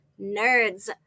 nerds